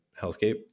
hellscape